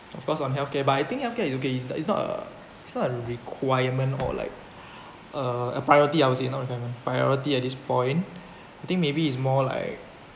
of course on healthcare but I think healthcare is okay it's like it's not a it's not a requirement or like a a priority I will say not requirement priority at this point I think maybe it's more like